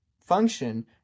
function